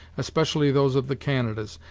especially those of the canadas,